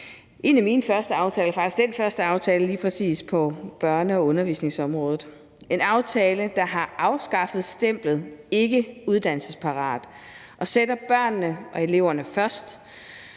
en af mine første aftaler, faktisk lige præcis den første aftale på børne- og undervisningsområdet. Det er en aftale, der har afskaffet stemplet ikkeuddannelsesparat og sætter børnene og eleverne først,